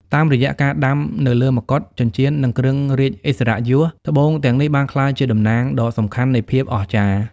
តាមរយៈការដាំនៅលើមកុដ ចិញ្ចៀន និងគ្រឿងរាជឥស្សរិយយស ត្បូងទាំងនេះបានក្លាយជាតំណាងដ៏សំខាន់នៃភាពអស្ចារ្យ។